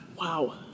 Wow